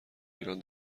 ایران